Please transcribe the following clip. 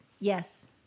yes